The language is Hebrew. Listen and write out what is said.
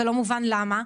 ולא מובן למה,